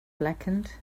blackened